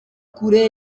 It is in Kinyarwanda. kure